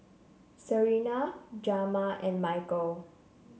Serena Jamar and Michal